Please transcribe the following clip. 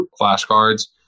flashcards